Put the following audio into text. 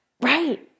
Right